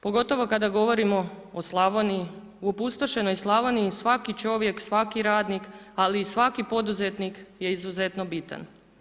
Pogotovo kada govorimo o Slavoniji, o opustošenoj Slavoniji svaki čovjek, svaki radnik, ali i svaki poduzetnik je izuzetno bitan.